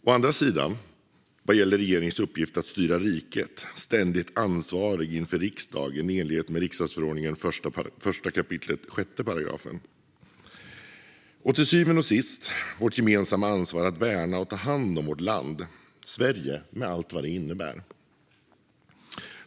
Å andra sidan gäller det regeringens uppgift att styra riket, ständigt ansvarig inför riksdagen, i enlighet med regeringsformens 1 kap. 6 §. Det handlar till syvende och sist om vårt gemensamma ansvar att värna och ta hand om vårt land, Sverige, med allt vad det innebär.